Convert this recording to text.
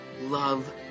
love